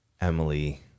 Emily